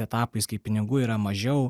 etapais kai pinigų yra mažiau